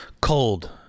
cold